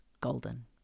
golden